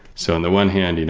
so and the one hand, you know